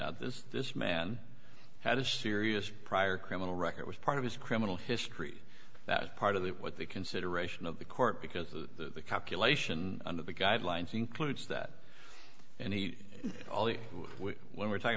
out this this man had a serious prior criminal record was part of his criminal history that was part of what the consideration of the court because the calculation of the guidelines includes that and he always when we're talking